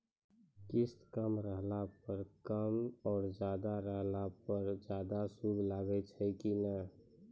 किस्त कम रहला पर कम और ज्यादा रहला पर ज्यादा सूद लागै छै कि नैय?